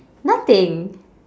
nothing